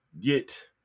get